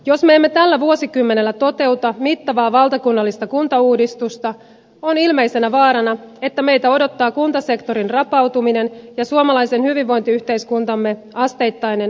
jos me emme tällä vuosikymmenellä toteuta mittavaa valtakunnallista kuntauudistusta on ilmeisenä vaarana että meitä odottaa kuntasektorin rapautuminen ja suomalaisen hyvinvointiyhteiskuntamme asteittainen alasajo